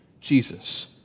Jesus